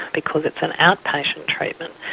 because it's an outpatient treatment,